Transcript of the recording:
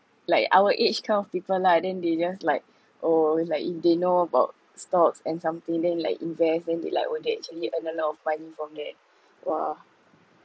like our age kind of people lah then they just like oh it's like if they know about stocks and something then like invest then they like were they actually earn a lot of money from that !wah!